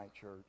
church